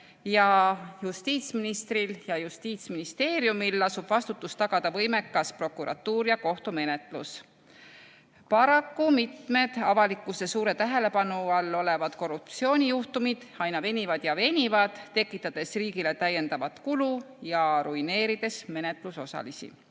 justiitsministril ja Justiitsministeeriumil lasub vastutus tagada võimekas prokuratuur ja kohtumenetlus. Paraku mitmed avalikkuse suure tähelepanu all olevad korruptsioonijuhtumid aina venivad ja venivad, tekitades riigile täiendavat kulu ja ruineerides menetlusosalisi.